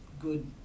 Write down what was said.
good